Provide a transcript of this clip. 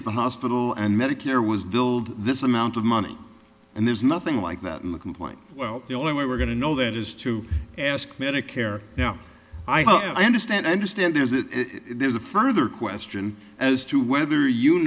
at the hospital and medicare was billed this amount of money and there's nothing like that in the complaint well the only way we're going to know that is to ask medicare now i understand i understand there's a there's a further question as to whether you